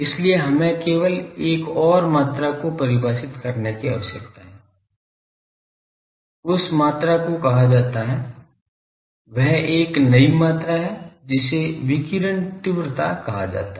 इसलिए हमें केवल एक और मात्रा को परिभाषित करने की आवश्यकता है उस मात्रा कहा जाता है वह एक नई मात्रा है जिसे विकिरण तीव्रता कहा जाता है